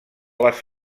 les